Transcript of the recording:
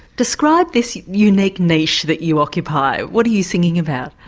describe this unique niche that you occupy, what are you singing about?